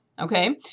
okay